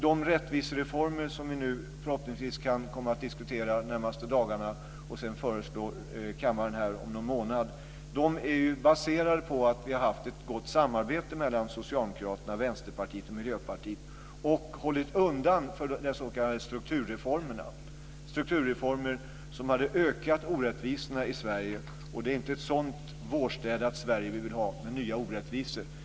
De rättvisereformer vi nu förhoppningsvis kan komma att diskutera de närmaste dagarna och sedan föreslå kammaren om någon månad är baserade på att vi haft ett gott samarbete mellan Socialdemokraterna, Vänsterpartiet och Miljöpartiet och hållit undan för de s.k. strukturreformerna - strukturreformer som hade ökat orättvisorna i Sverige. Det är inte ett sådant vårstädat Sverige vi vill ha, med nya orättvisor.